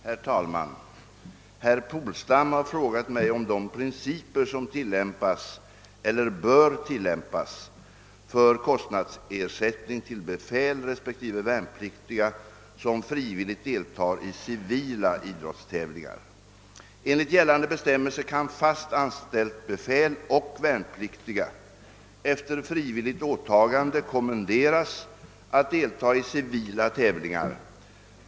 Herr talman! Herr Polstam har frågat mig om de principer som tillämpas eller bör tillämpas för kostnadsersättning till befäl respektive värnpliktiga, som frivilligt deltar i civila idrottstävlingar. Enligt gällande bestämmelser kan fast anställt befäl och värnpliktiga efter frivilligt åtagande kommenderas att delta i civila tävlingar.